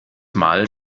mal